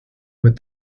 with